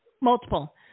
multiple